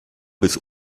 bis